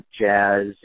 jazz